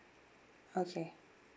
okay